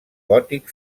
gòtic